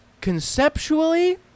Conceptually